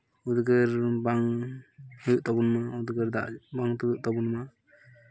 ᱩᱫᱽᱜᱟᱹᱨ ᱵᱟᱝ ᱦᱩᱭᱩᱜ ᱛᱟᱵᱚᱱ ᱢᱟ ᱩᱫᱽᱜᱟᱹᱨ ᱫᱟᱜ ᱡᱮᱢᱚᱱ ᱛᱩᱫᱩᱜ ᱛᱟᱵᱚᱱ ᱢᱟ